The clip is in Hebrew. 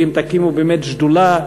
ואם תקימו שדולה,